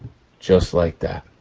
just like that,